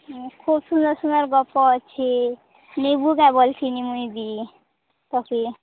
ହୁଁ ଖୁବ୍ ସୁନ୍ଦର ସୁନ୍ଦର ଗପ ଅଛି ନେବୁ କା ବୋଲଛିନ ମୁଇ ଦି ତତେ